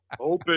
open